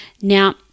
Now